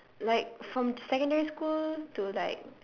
like from secondary school to like